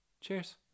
Cheers